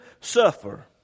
suffer